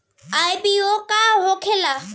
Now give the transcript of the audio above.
IPO का होखेला?